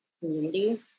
community